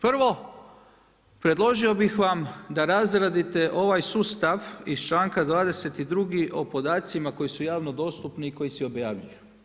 Prvo, predložio bih vam da razradite ovaj sustav iz članka 22. o podacima koji su javno dostupni i koji se objavljuju.